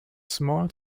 small